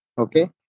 Okay